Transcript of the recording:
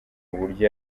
uburyo